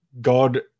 god